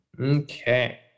Okay